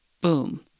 boom